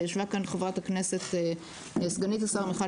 ישבה כאן חברת הכנסת סגנית השר מיכל